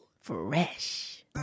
fresh